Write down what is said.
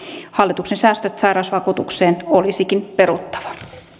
hallituksen säästöt sairausvakuutukseen olisikin peruttava